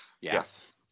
Yes